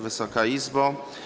Wysoka Izbo!